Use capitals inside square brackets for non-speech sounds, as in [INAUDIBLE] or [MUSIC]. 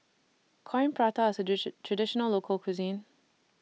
Coin Prata IS A [UNINTELLIGIBLE] Traditional Local Cuisine